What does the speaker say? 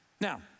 Now